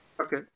Okay